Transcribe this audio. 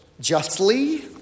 justly